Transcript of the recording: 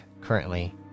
currently